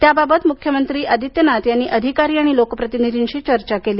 त्याबाबत मुख्यमंत्री आदित्यनाथ यांनी अधिकारी आणि लोकप्रतिनिधीशी चर्चा केली